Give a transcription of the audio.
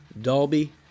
Dolby